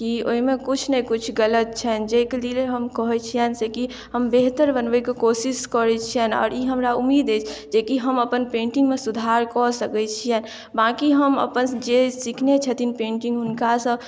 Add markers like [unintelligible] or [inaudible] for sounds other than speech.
कि ओहिमे किछु ने किछु गलत छनि जे [unintelligible] ले हम कहै छियनि से कि हम बेहतर बनबैके कोशिश करै छियनि आओर ई हमरा उम्मीद अछि जे कि हम अपन पेन्टिंगमे सुधार कऽ सकैत छियनि बाँकी हम अपन जे सिखने छथिन पेन्टिंग हुनका से